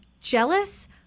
jealous